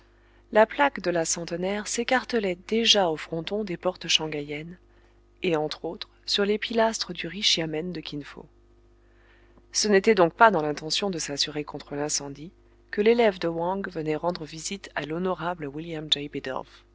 la plaque de la centenaire s'écartelait déjà au fronton des portes shanghaïennes et entre autres sur les pilastres du riche yamen de kin fo ce n'était donc pas dans l'intention de s'assurer contre l'incendie que l'élève de wang venait rendre visite à l'honorable william